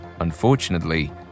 Unfortunately